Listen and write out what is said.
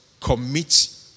commit